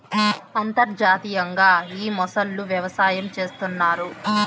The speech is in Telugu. అంతర్జాతీయంగా ఈ మొసళ్ళ వ్యవసాయం చేస్తన్నారు